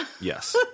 Yes